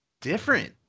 different